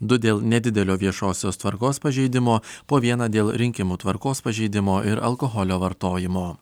du dėl nedidelio viešosios tvarkos pažeidimo po vieną dėl rinkimų tvarkos pažeidimo ir alkoholio vartojimo